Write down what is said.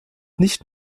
nicht